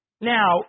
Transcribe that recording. Now